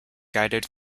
guided